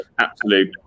Absolute